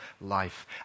life